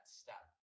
step